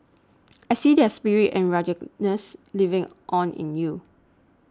I see their spirit and ruggedness living on in you